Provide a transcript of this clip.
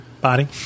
body